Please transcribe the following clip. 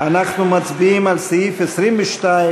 לסעיף 22,